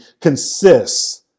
consists